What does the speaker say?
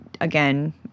again